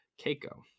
Keiko